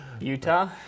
Utah